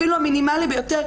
אפילו המינימלי ביותר,